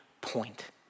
point